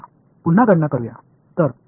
மீண்டும் ஒரு கணக்கீடு செய்வோம்